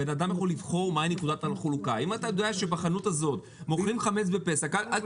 אם אתה יודע שבחנות הזאת מוכרים חמץ בפסח אז אל